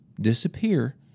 disappear